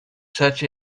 such